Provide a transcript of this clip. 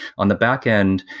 on the backend,